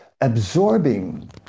absorbing